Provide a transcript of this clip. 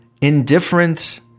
indifferent